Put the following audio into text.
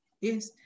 yes